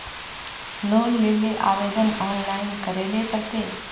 Loan लेले आवेदन online करे ले पड़ते?